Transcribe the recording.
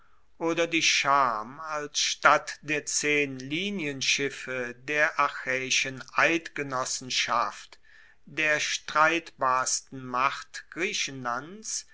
oder die scham als statt der zehn linienschiffe der achaeischen eidgenossenschaft der streitbarsten macht griechenlands